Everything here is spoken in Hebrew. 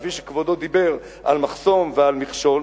כפי שכבודו דיבר על מחסום ועל מכשול,